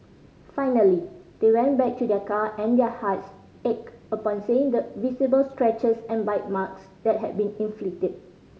finally they went back to their car and their hearts ached upon seeing the visible scratches and bite marks that had been inflicted